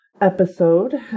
episode